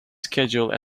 schedule